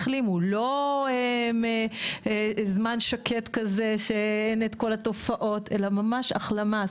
לא רק תקופה שקטה שאין את כל התופעות אלא ממש החלמה.